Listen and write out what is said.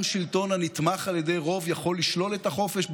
גם שלטון הנתמך על ידי רוב יכול לשלול את החופש.